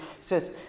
says